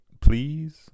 please